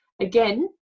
Again